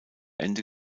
ende